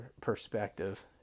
perspective